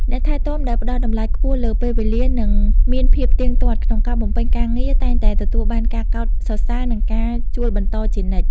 អ្នកថែទាំដែលផ្តល់តម្លៃខ្ពស់លើពេលវេលា និងមានភាពទៀងទាត់ក្នុងការបំពេញការងារ តែងតែទទួលបានការកោតសរសើរ និងការជួលបន្តជានិច្ច។